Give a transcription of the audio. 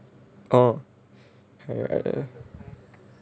orh err